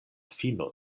fino